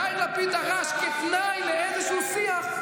יאיר לפיד דרש שנה וחצי הקפאת חקיקה כתנאי לאיזשהו שיח.